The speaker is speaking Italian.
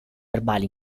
verbali